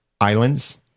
islands